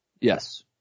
Yes